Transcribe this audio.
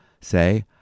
Say